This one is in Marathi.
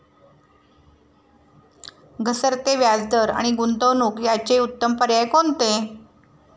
घसरते व्याजदर आणि गुंतवणूक याचे उत्तम पर्याय कोणते?